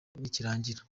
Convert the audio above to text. nikirangira